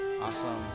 awesome